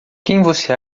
você